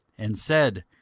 and said,